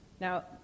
Now